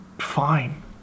Fine